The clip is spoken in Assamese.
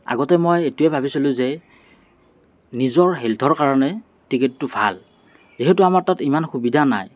আগতে মই এইটোৱে ভাবিছিলোঁ যে নিজৰ হেলথৰ কাৰণে ক্ৰিকেটটো ভাল যিহেতু আমাৰ তাত ইমান সুবিধা নাই